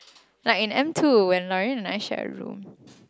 like in M_2 when Laurine and I share a room